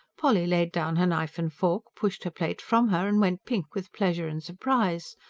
polly laid down her knife and fork, pushed her plate from her, and went pink with pleasure and surprise.